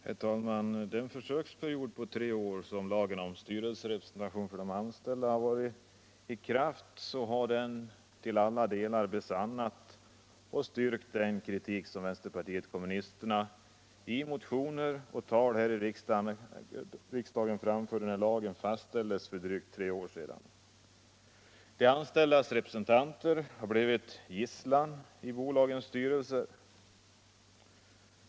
Herr talmän! Den försöksperiod på tre år som lagen om styrelserepresentation för de anställda har varit i kraft har i alla delar besannat och bestyrkt den kritik som vänsterpartiet kommunisterna i motioner och anföranden här i riksdagen framförde när lagen fastställdes för drygt tre år sedan. De anställdas representanter har blivit gisslan i bolagens styrelser.